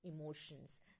emotions